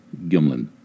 Gimlin